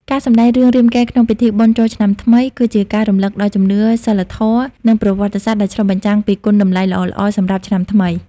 ការសម្តែងរឿងរាមកេរ្តិ៍ក្នុងពិធីបុណ្យចូលឆ្នាំថ្មី គឺជាការរំលឹកដល់ជំនឿ សីលធម៌ និងប្រវត្តិសាស្ត្រ ដែលឆ្លុះបញ្ចាំងពីគុណតម្លៃល្អៗសម្រាប់ឆ្នាំថ្មី។